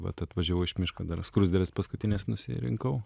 vat atvažiavau iš miško dar skruzdėles paskutinias nusirinkau